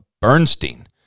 Bernstein